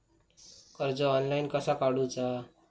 कर्ज ऑनलाइन कसा काडूचा?